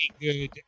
good